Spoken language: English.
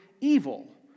evil